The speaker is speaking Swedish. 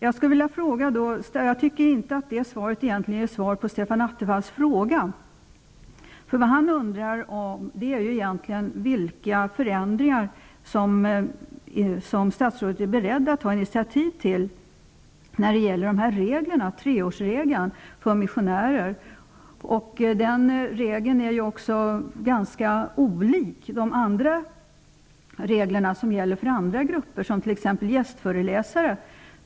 Jag tycker egentligen inte att det är svar på Stefan Attefalls fråga. Han undrar ju egentligen vilka förändringar statsrådet är beredd att ta initiativ till när det gäller dessa regler, treårsregeln för missionärer. Den regeln är ju ganska olik de regler som gäller för andra grupper, t.ex. gästföreläsare.